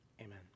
amen